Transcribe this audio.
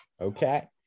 Okay